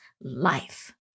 life